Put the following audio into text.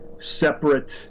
separate